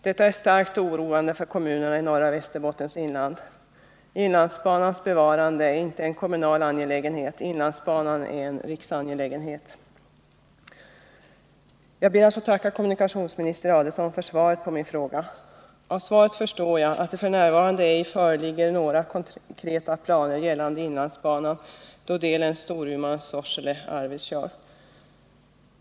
Detta är starkt oroande för kommunerna i norra Västerbottens inland. Inlandsbanans bevarande är inte en kommunal angelägenhet utan en riksangelägenhet. Jag ber att få tacka kommunikationsminister Adelsohn för svaret på min fråga. Av svaret förstår jag att det f. n. ej föreligger några konkreta planer gällande inlandsbanan, delen Storuman-Sorsele-Arvidsjaur.